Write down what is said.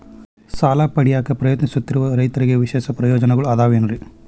ಸಾಲ ಪಡೆಯಾಕ್ ಪ್ರಯತ್ನಿಸುತ್ತಿರುವ ರೈತರಿಗೆ ವಿಶೇಷ ಪ್ರಯೋಜನಗಳು ಅದಾವೇನ್ರಿ?